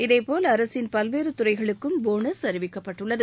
இதேபோல் அரசின் பல்வேறு துறைகளுக்கும் போனஸ் அறிவிக்கப்பட்டுள்ளது